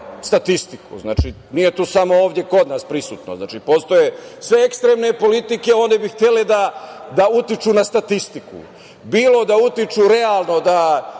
statistiku, nije to samo ovde kod nas prisutno. Sve ekstremne politike one bi htele da utiču na statistiku. Bilo da utiču realno da